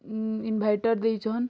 inverter ଦେଇଛନ୍